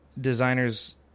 designers